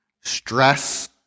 stress